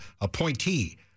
appointee